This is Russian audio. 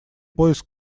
поиск